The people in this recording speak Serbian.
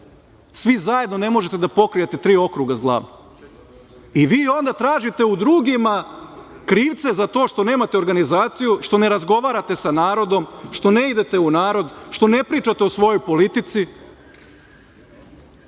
svi zajedno ne možete da pokrijete tri okruga i vi onda tražite u drugima krivca za to što nemate organizaciju, što ne razgovarate sa narodom, što ne idete u narod, što ne pričate o svojoj politici